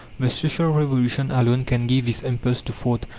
the social revolution alone can give this impulse to thought,